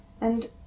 and—